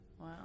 Wow